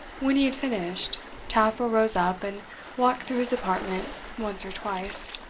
when he had finished, taffril rose up and walked through his apartment once or twice.